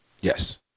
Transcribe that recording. yes